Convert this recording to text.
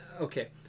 Okay